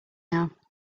now